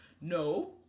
No